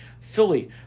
Philly